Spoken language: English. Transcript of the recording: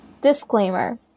Disclaimer